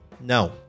no